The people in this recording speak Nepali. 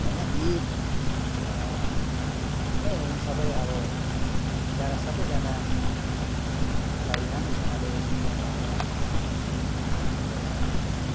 होइन यी नै हुन सबै अब जना सबैजनालाई राम्रोसँगले बताएर गर्नु पऱ्यो